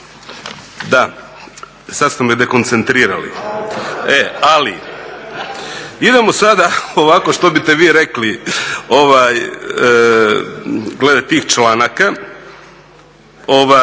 Sad ste me dekoncentrirali. Ali idemo sada ovako što biste vi rekli glede tih članaka.